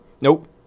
Nope